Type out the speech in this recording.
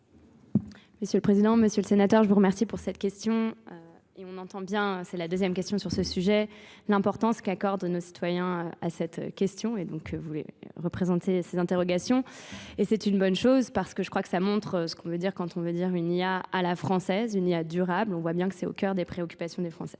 Monsieur le Président, Monsieur le Sénateur, je vous remercie pour cette question et on entend bien, c'est la deuxième question sur ce sujet, l'importance qu'accordent nos citoyens à cette question et donc vous les représentez ces interrogations et c'est une bonne chose parce que je crois que ça montre ce qu'on veut dire quand on veut dire une IA à la française, une IA durable, on voit bien que c'est au coeur des préoccupations des Français.